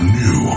new